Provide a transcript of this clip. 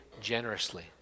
generously